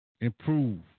improve